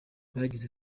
yagize